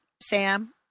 Sam